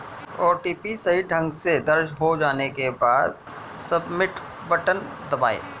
OTP सही ढंग से दर्ज हो जाने के बाद, सबमिट बटन दबाएं